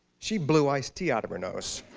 she blew iced tea out of her nose.